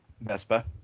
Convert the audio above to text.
Vespa